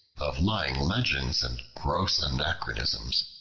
of lying legends, and gross anachronisms,